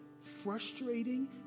frustrating